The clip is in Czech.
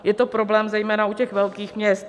Je to problém zejména u těch velkých měst.